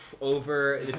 over